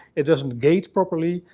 it doesn't gate properly,